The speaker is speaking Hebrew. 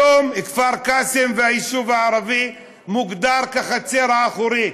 היום כפר קאסם והיישוב הערבי מוגדר כחצר האחורית,